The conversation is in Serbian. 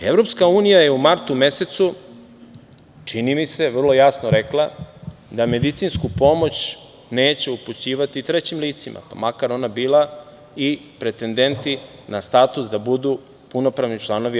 U martu mesecu je EU, čini mi se, vrlo jasno rekla, da medicinsku pomoć neće upućivati trećim licima, pa makar ona bila i pretendenti na status da budu punopravni članovi EU.